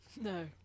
No